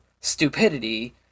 stupidity